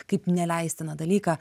kaip neleistiną dalyką